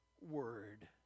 Word